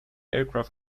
aircraft